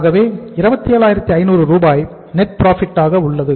ஆகவே 27500 ரூபாய் net profit ஆக உள்ளது